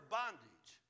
bondage